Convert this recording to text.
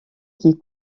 qui